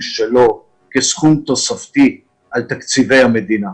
שלו כסכום תוספתי על תקציבי המדינה.